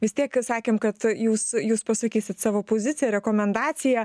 vis tiek sakėm kad jūs jūs pasakysit savo poziciją rekomendaciją